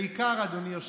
בעיקר, אדוני היושב-ראש,